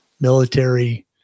military